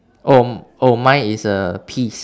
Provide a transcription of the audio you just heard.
oh oh mine is a peas